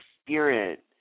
spirit